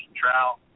trout